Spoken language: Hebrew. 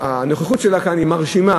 שהנוכחות שלה כאן היא מרשימה.